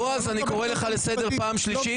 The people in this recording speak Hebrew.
בועז, אני קורא לך לסדר פעם שלישית.